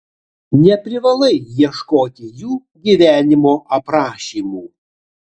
neprivalai ieškoti jų gyvenimo aprašymų